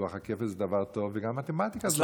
לוח הכפל זה דבר טוב, וגם מתמטיקה זה דבר טוב.